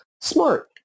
smart